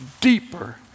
deeper